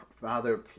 Father